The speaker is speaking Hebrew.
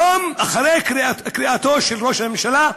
היום, אחרי קריאתו של ראש הממשלה,